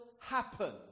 happen